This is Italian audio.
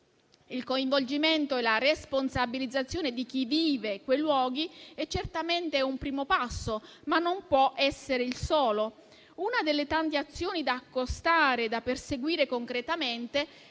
Il coinvolgimento e la responsabilizzazione di chi vive quei luoghi è certamente un primo passo, ma non può essere il solo. Una delle tante azioni da accostare, da perseguire concretamente,